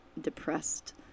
depressed